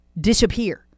disappear